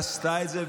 עשתה את זה,